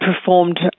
performed